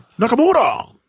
Nakamura